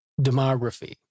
demography